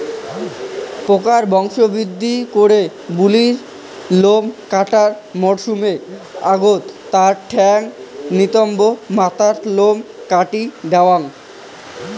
পোকা বংশবৃদ্ধি করে বুলি লোম কাটার মরসুমের আগত তার ঠ্যাঙ, নিতম্ব, মাথার লোম কাটি দ্যাওয়াং